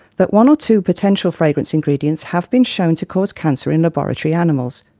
that one or two potential fragrance ingredients have been shown to cause cancer in laboratory animals.